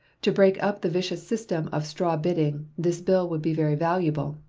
to break up the vicious system of straw bidding, this bill would be very valuable,